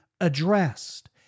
addressed